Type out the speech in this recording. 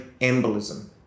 embolism